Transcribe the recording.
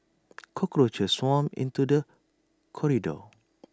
cockroaches swarmed into the corridor